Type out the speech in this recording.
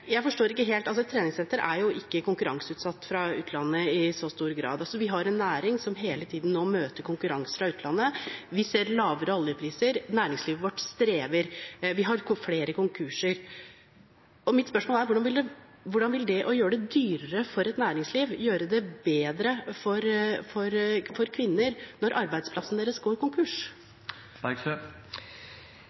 jeg forstår det ikke helt – et treningssenter er jo ikke konkurranseutsatt fra utlandet i så stor grad. Vi har en næring som hele tiden nå møter konkurranse fra utlandet, vi ser lavere oljepriser, næringslivet vårt strever, og vi har flere konkurser. Mitt spørsmål er: Hvordan vil det å gjøre det dyrere for et næringsliv gjøre det bedre for kvinner, når arbeidsplassen deres går